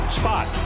spot